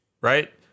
right